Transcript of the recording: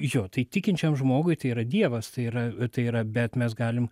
jo tai tikinčiam žmogui tai yra dievas tai yra tai yra bet mes galim